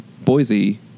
Boise